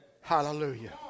Hallelujah